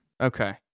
okay